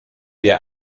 wir